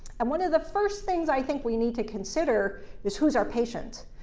and one of the first things i think we need to consider is who's our patient.